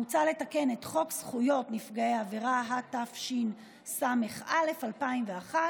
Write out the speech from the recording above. מוצע לתקן את חוק זכויות נפגעי עבירה התשס"א 2001,